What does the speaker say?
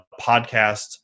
podcast